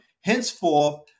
Henceforth